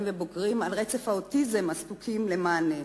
והבוגרים על רצף האוטיזם הזקוקים למענה.